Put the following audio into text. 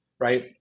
Right